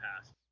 past